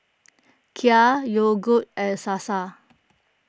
Kia Yogood and Sasa